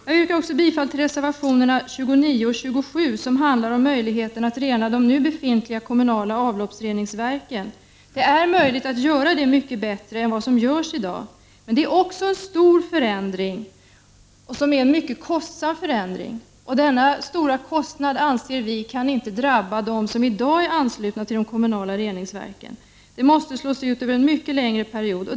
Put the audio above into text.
Jag yrkar bifall till reservationerna 29 och 27 som handlar om möjligheten att rena de nu befintliga avloppsreningsverken. Det är möjligt att göra det mycket bättre än vad som görs i dag, men det är också en stor förändring som även är mycket kostsam. Denna stora kostnad anser vi inte skall drabba dem som i dag är anslutna till de kommunala reningsverken. Kostnaden måste slås ut över en mycket längre period.